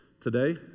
today